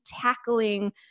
tackling